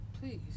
Please